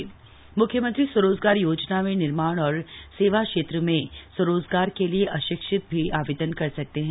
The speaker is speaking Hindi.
सीएम स्वरोजगार योजना मुख्यमंत्री स्वरोजगार योजना में निर्माण और सेवा क्षेत्र में स्वरोजगार के लिए अशिक्षित भी आवेदन कर सकते हैं